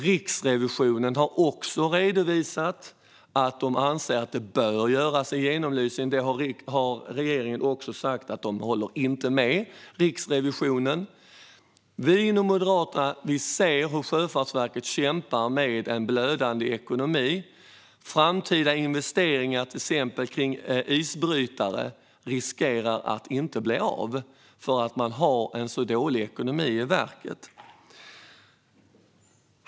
Riksrevisionen har också redovisat att de anser att det bör göras en genomlysning, men regeringen har sagt att de inte håller med Riksrevisionen. Vi inom Moderaterna ser hur Sjöfartsverket kämpar med en blödande ekonomi. Framtida investeringar, till exempel i isbrytare, riskerar att inte bli av därför att man har en så dålig ekonomi i verket.